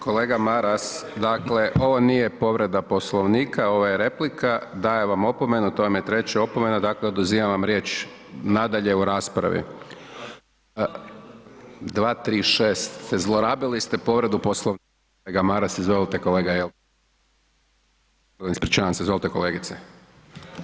Kolega Maras, dakle ovo nije povreda Poslovnika, ovo je replika, dajem vam opomenu, to vam je treća opomena, dakle oduzimam vam riječ nadalje u raspravi … [[Upadica iz klupe se ne razumije]] 236. zlorabili ste povredu Poslovnika kolega Maras, izvolite kolega …/Mikrofon isključen/…ispričavam se, izvolite kolegice.